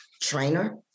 trainer